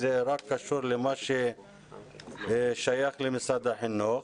זה רק קשור למה ששייך למשרד החינוך.